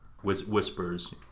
whispers